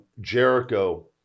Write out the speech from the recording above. Jericho